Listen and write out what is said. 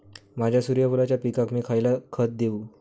माझ्या सूर्यफुलाच्या पिकाक मी खयला खत देवू?